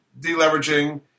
deleveraging